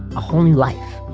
a whole new life,